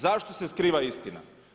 Zašto se skriva istina?